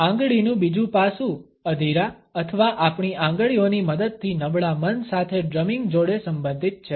આંગળીનું બીજું પાસું અધીરા અથવા આપણી આંગળીઓની મદદથી નબળા મન સાથે ડ્રમિંગ જોડે સંબંધિત છે